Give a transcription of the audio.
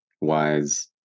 wise